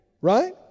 Right